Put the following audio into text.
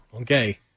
Okay